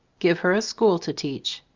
give her a school to teach.